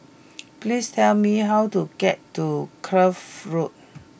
please tell me how to get to Kloof Road